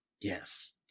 yes